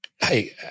Hey